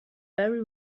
very